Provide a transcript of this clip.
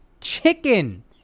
Chicken